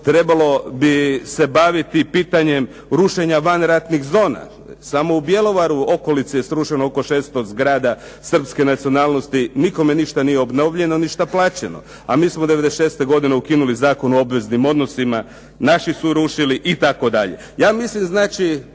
Trebalo bi se baviti pitanjem rušenjem van ratnih zona, samo u Bjelovaru, okolici je srušeno oko 600 zgrada, Srpske nacionalnosti, nikome ništa nije obnovljeno ništa plaćeno, a mi smo 96. godine ukinuli Zakon o obveznim odnosima, naši su rušili itd.